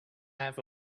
have